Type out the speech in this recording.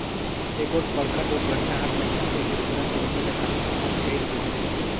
एगोठ बड़खा दुरघटना हर मइनसे के पुरा जिनगी ला तहस नहस कइर देथे